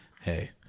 Hey